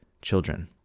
children